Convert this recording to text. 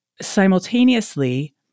simultaneously